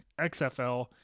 XFL